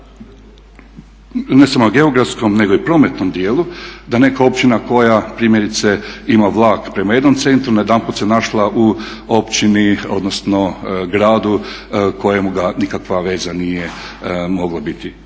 ne samo geografskom nego i prometnom dijelu da neka općina koja primjerice ima vlak prema jednom centru najedanput se našla u općini odnosno gradu u kojemu nikakva veza nije mogla biti.